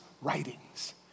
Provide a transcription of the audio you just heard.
writings